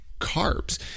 carbs